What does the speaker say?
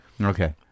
Okay